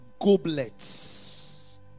goblets